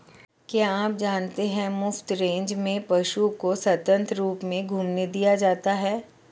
क्या आप जानते है मुफ्त रेंज में पशु को स्वतंत्र रूप से घूमने दिया जाता है?